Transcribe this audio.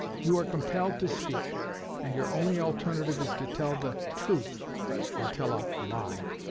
you are compelled to speak and your only alternative is to tell the truth or tell a lie.